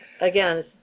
again